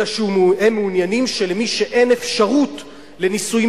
אלא שהם מעוניינים שלמי שאין אפשרות לנישואין